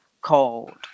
called